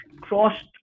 crossed